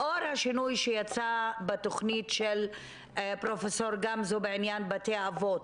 לאור השינוי שיצא בתכנית של פרופ' גמזו בעניין בתי אבות,